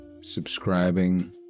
subscribing